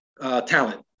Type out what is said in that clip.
talent